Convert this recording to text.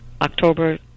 October